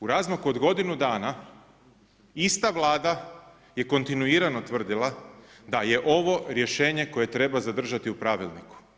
U razmaku od godinu dana ista Vlada je kontinuirano tvrdila da je ovo rješenje koje treba zadržati u Pravilniku.